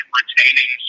retaining